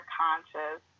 conscious